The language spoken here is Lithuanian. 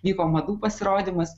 vyko madų pasirodymas